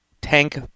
Tank